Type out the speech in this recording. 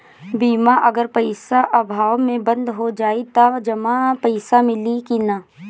बीमा अगर पइसा अभाव में बंद हो जाई त जमा पइसा मिली कि न?